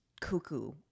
cuckoo